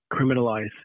criminalize